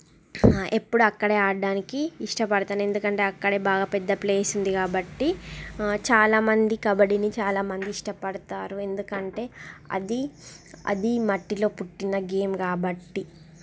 ఎప్పుడు అక్కడే ఆడడానికి ఇష్టపడుతాను ఎందుకంటే అక్కడే బాగా పెద్ద ప్లేస్ ఉంది కాబట్టి చాలా మంది కబడ్డీని చాలా మంది ఇష్టపడుతారు ఎందుకంటే అది అది మట్టిలో పుట్టిన గేమ్ కాబట్టి